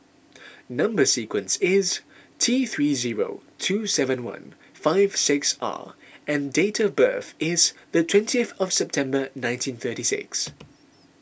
Number Sequence is T three zero two seven one five six R and date of birth is the twentieth of September nineteen thirty six